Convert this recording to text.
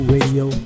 Radio